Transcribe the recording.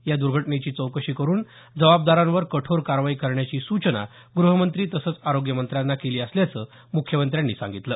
या द्र्घटनेची चौकशी करून जबाबदारांवर कठोर कारवाई करण्याची सूचना ग्रहमंत्री तसंच आरोग्य मंत्र्यांना केली असल्याचं मुख्यमंत्र्यांनी सांगितलं